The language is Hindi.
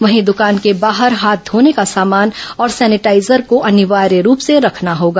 वहीं दुकान के बाहर हाथ धोने का सामान और सेनेटाइजर को अनिवार्य रूप से रखना होगा